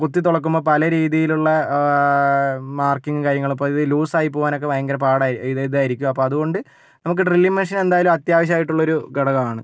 കുത്തിത്തുളയ്ക്കുമ്പോൾ പല രീതിയിലുള്ള മാർക്കിങ്ങും കാര്യങ്ങളും പൊതുവേ ലൂസ് ആയി പോകാനോക്കെ ഭയങ്കര പാടായിരിക്കും ഇതായിരിക്കും അപ്പം അതുകൊണ്ട് നമുക്ക് ഡ്രില്ലിങ് മെഷീന് എന്തായാലും അത്യാവശ്യമായിട്ടുള്ള ഒരു ഘടകമാണ്